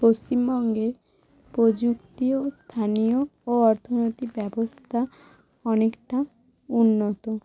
পশ্চিমবঙ্গে প্রযুক্তি ও স্থানীয় ও অর্থনৈতিক ব্যবস্থা অনেকটা উন্নত